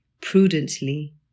prudently